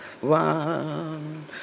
one